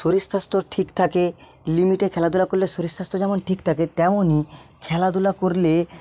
শরীর স্বাস্থ্য ঠিক থাকে লিমিটে খেলাধুলা করলে শরীর স্বাস্থ্য যেমন ঠিক থাকে তেমনই খেলাধুলা করলে